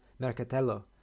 Mercatello